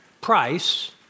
price